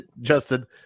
Justin